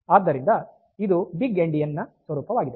ಆದ್ದರಿಂದ ಇದು big endian ನ ಸ್ವರೂಪವಾಗಿದೆ